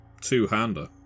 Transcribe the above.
Two-hander